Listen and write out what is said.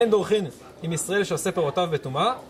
אין דורכין עם ישראל שעושה פירותיו בטומאה.